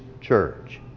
church